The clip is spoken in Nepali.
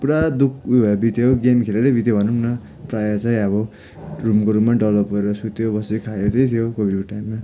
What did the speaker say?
पुरा दुःख उयो बित्यो गेम खेलेरै बित्यो भनौँ न प्रायः चाहिँ अब रुमको रुममै डल्लो परेर सुत्यो बस्यो खायो त्यही थियो कोविडको टाइममा